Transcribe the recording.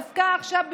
דווקא עכשיו,